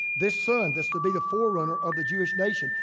this son this to be the forerunner of the jewish nation.